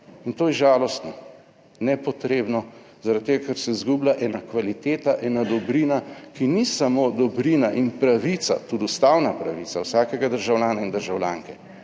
In to je žalostno, nepotrebno, zaradi tega, ker se izgublja ena kvaliteta, ena dobrina, ki ni samo dobrina in pravica, tudi ustavna pravica vsakega državljana in državljanke,